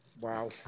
Wow